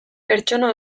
pertsona